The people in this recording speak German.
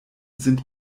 sind